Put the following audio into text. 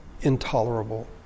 intolerable